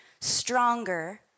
stronger